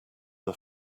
are